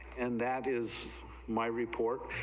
and that is my report,